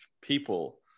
people